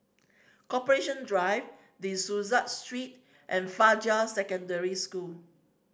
Corporation Drive De Souza Street and Fajar Secondary School